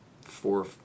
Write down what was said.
four